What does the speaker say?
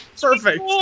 Perfect